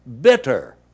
bitter